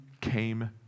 came